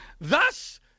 thus